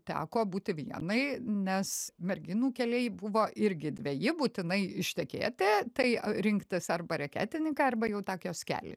teko būti vienai nes merginų keliai buvo irgi dveji būtinai ištekėti tai rinktis arba reketininką arba jau tą kioskelį